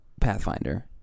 Pathfinder